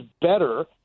better